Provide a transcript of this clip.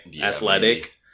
athletic